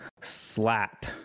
slap